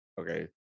Okay